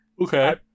Okay